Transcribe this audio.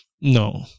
No